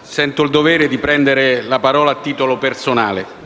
sento il dovere di prendere la parola a titolo personale.